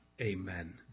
amen